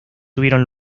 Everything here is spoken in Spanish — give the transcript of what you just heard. tuvieron